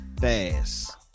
fast